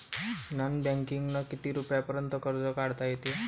Non बँकिंगनं किती रुपयापर्यंत कर्ज काढता येते?